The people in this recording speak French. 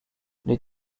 les